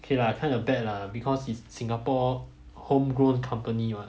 K lah kind of bad lah because it's singapore homegrown company [what]